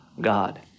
God